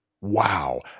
Wow